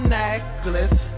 necklace